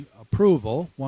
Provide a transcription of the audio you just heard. approval